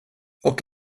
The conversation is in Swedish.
och